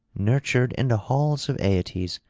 nurtured in the halls of aeetes,